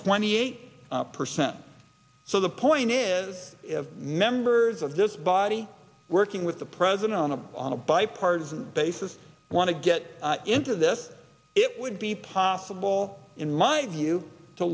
twenty eight percent so the point is members of this body working with the president on a on a bipartisan basis want to get into this it would be possible in my view to